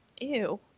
Ew